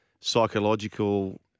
psychological